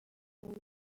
nobody